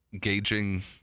gauging